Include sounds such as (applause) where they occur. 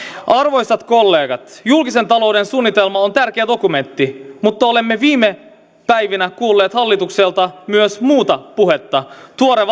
arvoisat kollegat julkisen talouden suunnitelma on tärkeä dokumentti mutta olemme viime päivinä kuulleet hallitukselta myös muuta puhetta tuore (unintelligible)